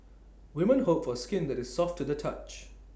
women hope for skin that is soft to the touch